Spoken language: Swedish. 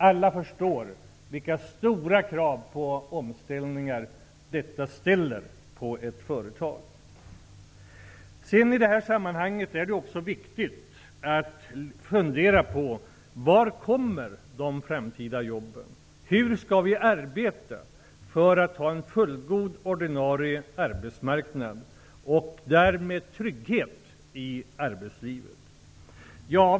Alla förstår vilka stora krav på omställning detta ställer på ett företag. I detta sammanhang är det också viktigt att fundera på var de framtida jobben kommer ifrån. Hur skall vi arbeta för att ha en fullgod ordinarie arbetsmarknad och därmed trygghet i arbetslivet?